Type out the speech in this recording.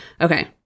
Okay